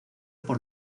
por